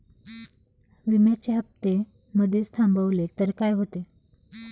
विम्याचे हफ्ते मधेच थांबवले तर काय होते?